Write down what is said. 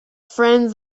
friend